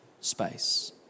space